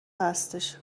هستش